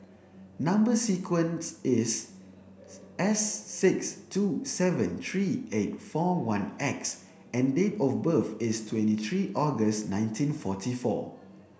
number sequence is S six two seven three eight four one X and date of birth is twenty three August nineteen forty four